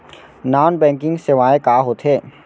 Non banking सेवाएं का होथे?